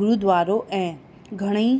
गुरुद्वारो ऐं घणेई